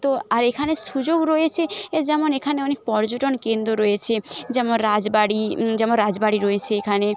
তো আর এখানে সুযোগ রয়েছে এ যেমন এখানে অনেক পর্যটন কেন্দ্র রয়েছে যেমন রাজবাড়ি যেমন রাজবাড়ি রয়েছে এখানে